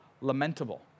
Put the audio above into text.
lamentable